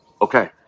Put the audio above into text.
okay